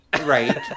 Right